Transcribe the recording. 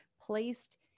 placed